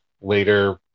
later